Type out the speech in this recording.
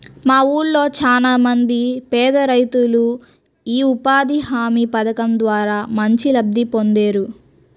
మా ఊళ్ళో చానా మంది పేదరైతులు యీ ఉపాధి హామీ పథకం ద్వారా మంచి లబ్ధి పొందేరు